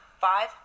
five